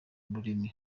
umurimo